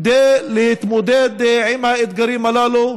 כדי להתמודד עם האתגרים הללו,